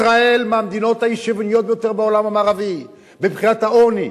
ישראל היא מהמדינות האי-שוויוניות ביותר בעולם המערבי מבחינת העוני.